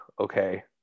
Okay